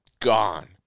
gone